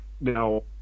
Now